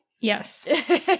Yes